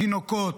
תינוקות,